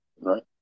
Right